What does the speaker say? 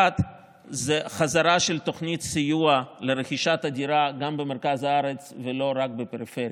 1. חזרה של תוכנית סיוע לרכישת דירה גם במרכז הארץ ולא רק בפריפריה.